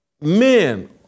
men